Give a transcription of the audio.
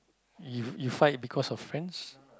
you you fight because of friends